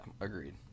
Agreed